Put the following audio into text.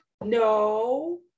no